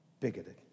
bigoted